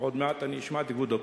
עוד מעט אני אשמע את כבודו.